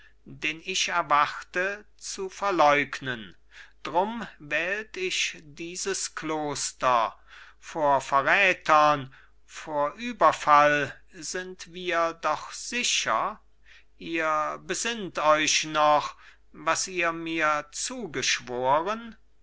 den ich erwarte zu verleugnen drum wählt ich dieses kloster vor verrätern vor überfall sind wir doch sicher ihr besinnt euch doch was ihr mir zugeschworen